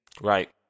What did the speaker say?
Right